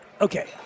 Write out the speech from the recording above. okay